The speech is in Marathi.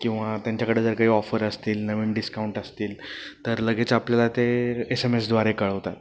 किंवा त्यांच्याकडे जर काही ऑफर असतील नवीन डिस्काउंट असतील तर लगेच आपल्याला ते एस एम एसद्वारे कळवतात